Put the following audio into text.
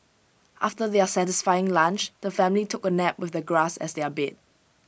after their satisfying lunch the family took A nap with the grass as their bed